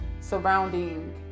surrounding